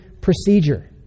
procedure